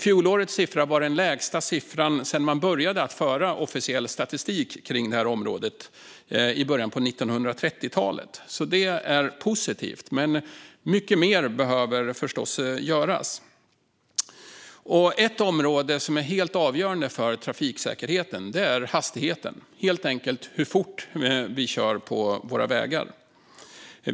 Fjolårets siffra var den lägsta siffran sedan man började att föra officiell statistik på detta område i början av 1930-talet, så det var positivt. Men mycket mer behöver förstås göras. Ett område som är helt avgörande för trafiksäkerheten är hastigheten, helt enkelt hur fort vi kör på våra vägar.